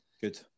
Good